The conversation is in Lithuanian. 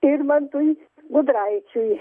irmantui budraičiui